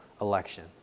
election